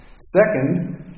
Second